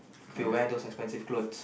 if you wear those expensive clothes